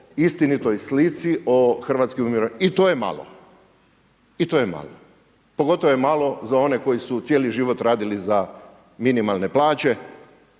istinitoj slici o hrvatskim umirovljenicima. I to je malo. I to je malo. Pogotovo je malo za one koji su cijeli život radili za minimalne plaće,